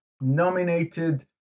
nominated